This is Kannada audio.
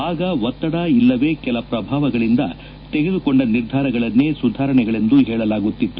ಆಗ ಒತ್ತಡ ಇಲ್ಲವೆ ಕೆಲ ಪ್ರಭಾವಗಳಿಂದ ತೆಗೆದುಕೊಂಡ ನಿರ್ಧಾರಗಳನ್ನೇ ಸುಧಾರಣೆಗಳೆಂದು ಹೇಳಲಾಗುತ್ತಿತ್ತು